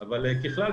אבל ככלל,